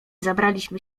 zabraliśmy